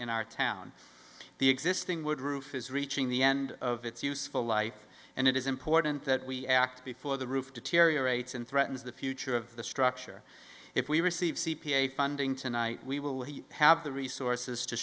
in our town the existing wood roof is reaching the end of its useful life and it is important that we act before the roof deteriorates and threatens the future of the structure if we receive c p a funding tonight we will have the resources to